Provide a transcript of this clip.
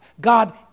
God